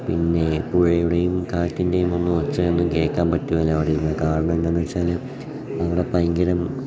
പിന്നെ പുഴയുടെയും കാറ്റിൻ്റെയും ഒന്നും ഒച്ചയൊന്നും കേൾക്കാൻ പറ്റുകേല അവിടെ ഒന്നും കാരണം എന്താന്ന് വെച്ചാൽ അവിടെ ഭയങ്കരം